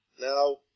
Now